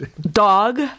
dog